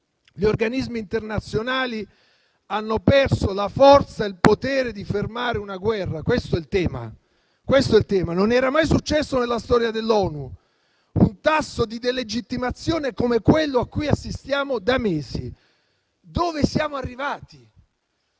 Gli organismi internazionali hanno perso la forza e il potere di fermare una guerra: questo è il tema. Non era mai successo nella storia dell'ONU avere un tasso di delegittimazione come quello a cui assistiamo da mesi. Dove siamo arrivati?